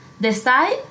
decide